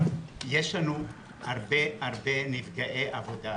יש הרבה נפגעי עבודה